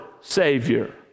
Savior